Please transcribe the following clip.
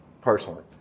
personally